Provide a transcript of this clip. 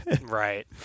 Right